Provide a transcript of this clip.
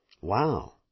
Wow